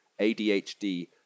ADHD